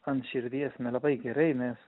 ant širdies nelabai gerai nes